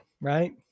right